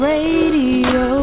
Radio